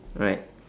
right